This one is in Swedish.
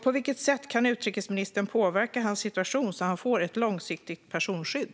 På vilket sätt kan utrikesministern påverka hans situation, så att han får ett långsiktigt personskydd?